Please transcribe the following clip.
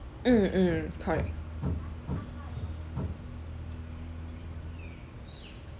mm mm correct